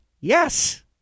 Yes